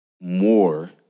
more